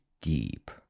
deep